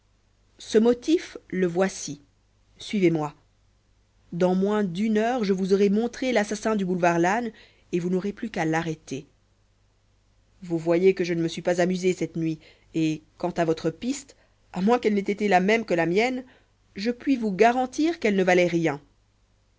ce motif le voici suivez-moi dans moins d'une heure je vous aurai montré l'assassin du boulevard lannes et vous n'aurez plus qu'à l'arrêter vous voyez que je ne me suis pas amusé cette nuit et quant à votre piste à moins qu'elle n'ait été la même que la mienne je puis vous garantir qu'elle ne valait rien